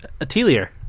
Atelier